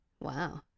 wow